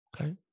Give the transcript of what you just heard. okay